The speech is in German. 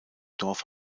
dorf